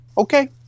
okay